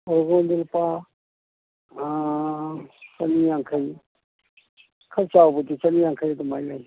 ꯂꯨꯄꯥ ꯆꯅꯤ ꯌꯥꯡꯈꯩ ꯈꯔ ꯆꯥꯎꯕꯗꯨ ꯆꯅꯤ ꯌꯥꯡꯈꯩ ꯑꯗꯨꯃꯥꯏ ꯂꯩ